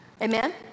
Amen